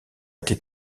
été